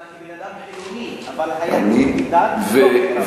אתה כבן-אדם חילוני, אבל היהדות כדת לא מכירה בזה.